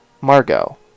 Margot